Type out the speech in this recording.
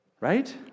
Right